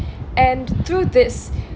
and through this